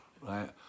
right